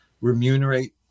remunerate